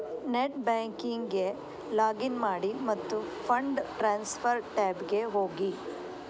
net ಬ್ಯಾಂಕಿಂಗಿಗೆ login ಮಾಡಿ ಮತ್ತು ಫಂಡ್ ಟ್ರಾನ್ಸ್ಫರ್ ಟ್ಯಾಬಿಗೆ ಹೋಗಿ